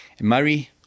Murray